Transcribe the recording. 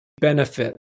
benefit